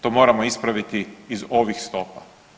To moramo ispraviti iz ovih stopa.